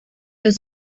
los